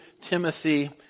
Timothy